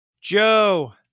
Joe